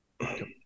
Okay